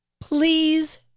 please